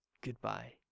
Goodbye